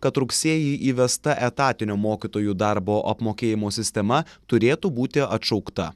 kad rugsėjį įvesta etatinio mokytojų darbo apmokėjimo sistema turėtų būti atšaukta